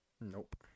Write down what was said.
Nope